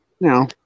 No